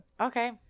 Okay